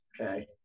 okay